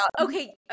Okay